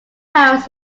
powers